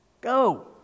go